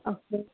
okay